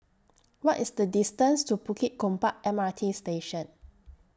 What IS The distance to Bukit Gombak M R T Station